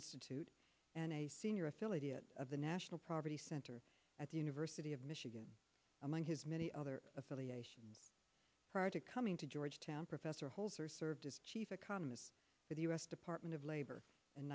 institute and a senior affiliated of the national property center at the university of michigan among his many other affiliations projects coming to georgetown professor holzer served as chief economist for the u s department of labor in